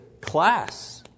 class